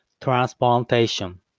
transplantation